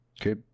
Okay